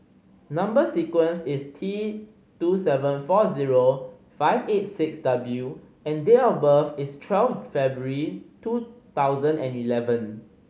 number sequence is T two seven four zero five eight six W and date of birth is twelve February two thousand and eleven